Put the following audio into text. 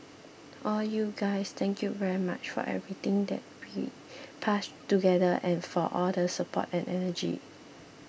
all you guys thank you very much for everything that we passed together and for all the support and energy